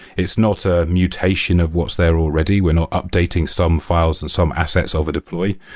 it's not a mutation of what's there already. we're not updating some files and some assets over deploy.